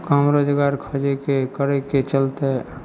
काम रोजगार खोजयके करयके चलते